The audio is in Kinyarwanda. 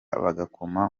bagakoma